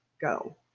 go